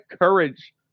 courage